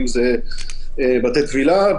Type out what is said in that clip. אם זה בתי תפילה,